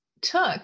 took